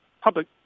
public